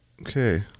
Okay